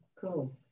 Cool